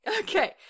Okay